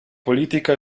politica